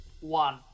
One